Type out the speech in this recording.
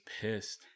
pissed